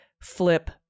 flip